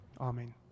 Amen